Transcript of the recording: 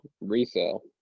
Resale